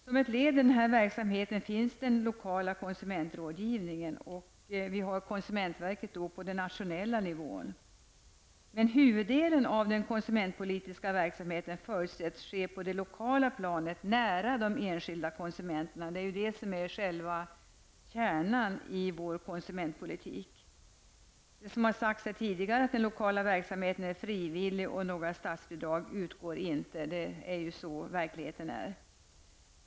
Som ett led i denna verksamhet finns den lokala konsumentrådgivningen. Konsumentverket finns på den nationella nivån. Men huvuddelen av den konsumentpolitiska verksamheten förutsätts ske på det lokala planet nära de enskilda konsumenterna. Det är det som är själva kärnan i vår konsumentpolitik. Verkligheten är ju som det har sagts tidigare, nämligen att den lokala verksamheten är frivillig och några statsbidrag inte utgår.